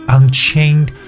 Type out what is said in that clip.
Unchained